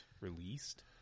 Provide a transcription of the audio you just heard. released